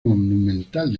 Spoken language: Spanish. monumental